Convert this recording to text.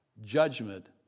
judgment